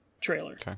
trailer